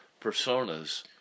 personas